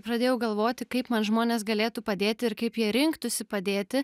pradėjau galvoti kaip man žmonės galėtų padėti ir kaip jie rinktųsi padėti